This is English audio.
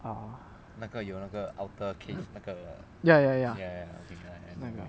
ah ya ya ya 那个